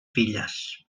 filles